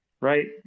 right